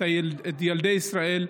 את ילדי ישראל,